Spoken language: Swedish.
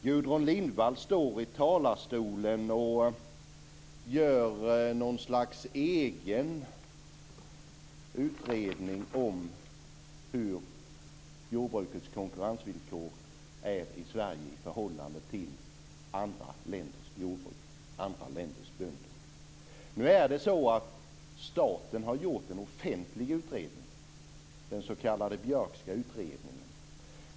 Gudrun Lindvall står i talarstolen och gör något slags egen utredning om jordbrukets konkurrensvillkor i Sverige i förhållande till andra länders jordbruk, andra länders bönder. Nu är det så att staten har gjort en offentlig utredning, den s.k. Björkska utredningen.